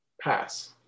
pass